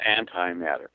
antimatter